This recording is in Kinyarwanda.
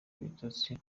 ibitotsi